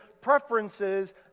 preferences